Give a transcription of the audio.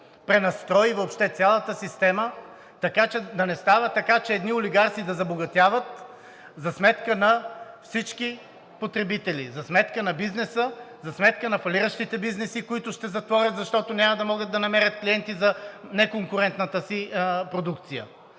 пренастрои въобще цялата система – да не става така, че едни олигарси да забогатяват за сметка на всички потребители, за сметка на бизнеса, за сметка на фалиращите бизнеси, които ще затворят, защото няма да могат да намерят клиенти за неконкурентната си продукция.